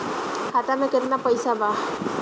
खाता में केतना पइसा बा?